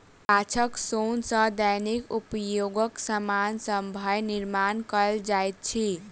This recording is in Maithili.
गाछक सोन सॅ दैनिक उपयोगक सामान सभक निर्माण कयल जाइत अछि